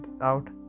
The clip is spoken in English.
out